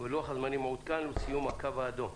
ולוח הזמנים המעודכן לסיום הקו האדום.